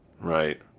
right